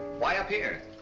why up here?